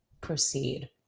proceed